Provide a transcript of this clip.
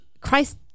Christ